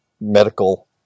medical